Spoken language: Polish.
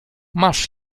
masz